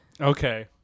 Okay